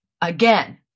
again